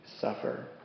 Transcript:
suffer